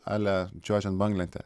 ale čiuožiant banglente